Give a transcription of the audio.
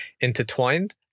intertwined